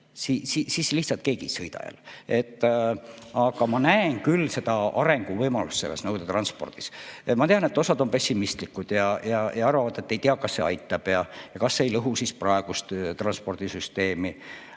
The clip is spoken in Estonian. Siis lihtsalt keegi ei sõida jälle. Aga ma näen küll arenguvõimalust nõudetranspordis. Ma tean, et mõni on pessimistlik ja arvab, et ei tea, kas see aitab ja kas see ei lõhu praegust transpordisüsteemi.